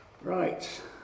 Right